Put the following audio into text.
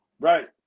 right